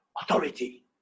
authority